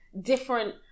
different